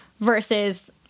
versus